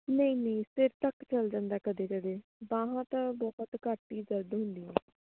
ਨਹੀਂ ਨਹੀਂ ਸਿਰ ਤੱਕ ਚਲ ਜਾਂਦਾ ਕਦੇ ਕਦੇ ਬਾਹਾਂ ਤਾਂ ਬਹੁਤ ਘੱਟ ਹੀ ਦਰਦ ਹੁੰਦੀਆਂ